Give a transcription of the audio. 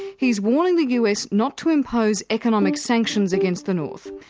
he's warning the us not to impose economic sanctions against the north.